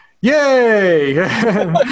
yay